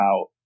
out